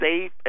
safe